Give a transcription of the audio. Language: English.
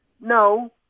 no